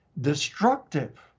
destructive